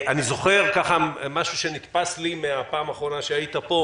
אני זוכר משהו שנתפס לי מהפעם האחרונה שהיית פה